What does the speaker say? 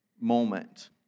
moment